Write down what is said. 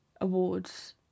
awards